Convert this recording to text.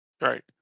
Right